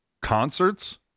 concerts